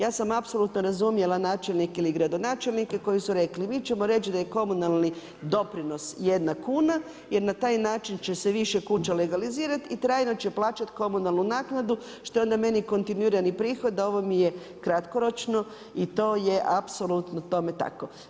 Ja sam apsolutno razumjela načelnike ili gradonačelnike koji su rekli, mi ćemo reći da je komunalni doprinos jedna kuna jer na taj način će se više kuća legalizirati i trajno će plaćati komunalnu naknadu što je onda meni kontinuirani prihod da ovo mi je kratkoročno i to je apsolutno tome tako.